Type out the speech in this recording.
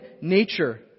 nature